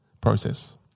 process